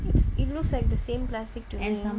it's it looks like the same plastic to me